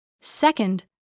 Second